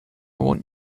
want